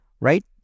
right